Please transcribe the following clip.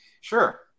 sure